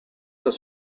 dos